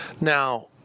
Now